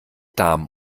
darm